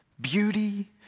beauty